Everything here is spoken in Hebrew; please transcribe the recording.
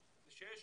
היא שיש